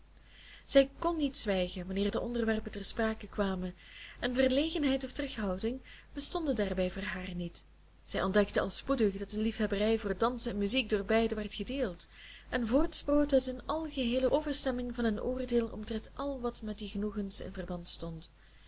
zij kn niet zwijgen wanneer die onderwerpen ter sprake kwamen en verlegenheid of terughouding bestonden daarbij voor haar niet zij ontdekten al spoedig dat de liefhebberij voor dansen en muziek door beiden werd gedeeld en voortsproot uit een algeheele overstemming van hun oordeel omtrent al wat met die genoegens in verband stond